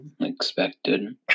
expected